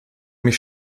mich